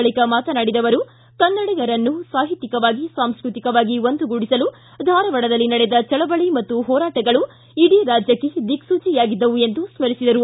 ಬಳಕ ಮಾತನಾಡಿದ ಅವರು ಕನ್ನಡಿಗರನ್ನು ಸಾಹಿತ್ತಿಕವಾಗಿ ಸಾಂಸ್ಟತಿಕವಾಗಿ ಒಂದುಗೂಡಿಸಲು ಧಾರವಾಡದಲ್ಲಿ ನಡೆದ ಚಳವಳಿ ಮತ್ತು ಹೋರಾಟಗಳು ಇಡೀ ರಾಜ್ಯಕ್ಕೆ ದಿಕ್ಸೂಚಿಯಾಗಿದ್ದವು ಎಂದು ಸ್ಟರಿಸಿದರು